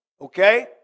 Okay